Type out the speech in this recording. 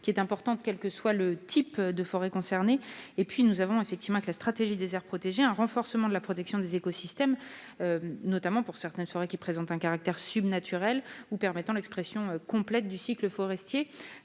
la biodiversité quel que soit le type de forêt concerné. Existe, en outre, la stratégie pour les aires protégées, avec un renforcement de la protection des écosystèmes, notamment pour certaines forêts qui présentent un caractère subnaturel ou permettant l'expression complète du cycle forestier.